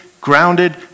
grounded